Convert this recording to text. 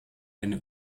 eine